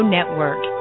Network